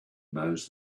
knows